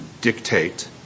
dictate